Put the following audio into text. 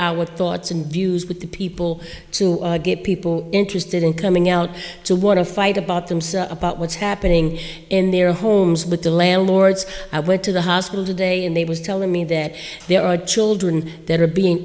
with thoughts and views with the people to get people interested in coming out to want to fight about themselves about what's happening in their homes with their landlords i went to the hospital today and they was telling me that there are children that are being